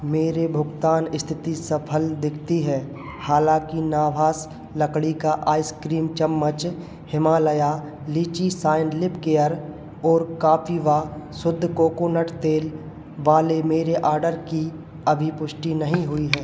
मेरी भुगतान स्थिति सफल दिखती है हालाँकि नाभास लकड़ी का आइसक्रीम चम्मच Himalaya lychee shine lip care और कपिवा शुद्ध कोकोनट तेल वाले मेरे आर्डर की अभी पुष्टि नहीं हुई है